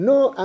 No